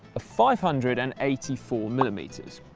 ah five hundred and eighty four millimetres.